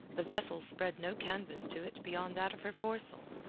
the vessel spread no canvas to it beyond that of her foresail.